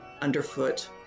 underfoot